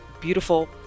beautiful